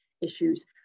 issues